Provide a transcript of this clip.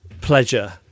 pleasure